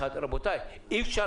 רבותיי, אי אפשר